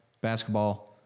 basketball